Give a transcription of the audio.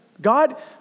God